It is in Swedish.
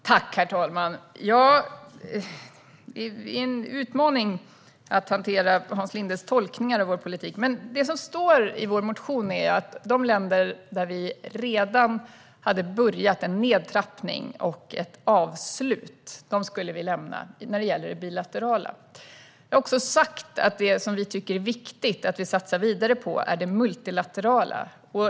Herr talman! Det är en utmaning att hantera Hans Lindes tolkningar av vår politik. Det som står i vår motion är att vi ska lämna de länder där vi redan har påbörjat en nedtrappning och ett avslut vad gäller det bilaterala arbetet. Jag har sagt att det som vi tycker är viktigt att satsa vidare på är det multilaterala biståndet.